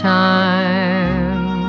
time